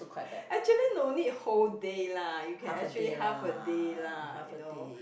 actually no need whole day lah you can actually half a day lah you know